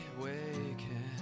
waking